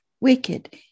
wicked